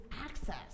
access